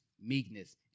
meekness